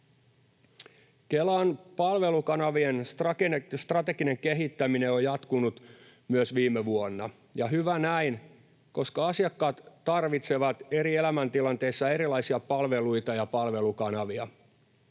Kelan palvelukanavien strateginen kehittäminen on jatkunut myös viime vuonna, ja hyvä näin, koska asiakkaat tarvitsevat eri elämäntilanteissa erilaisia palveluita ja palvelukanavia.